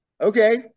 Okay